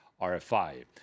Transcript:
RFI